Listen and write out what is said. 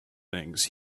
things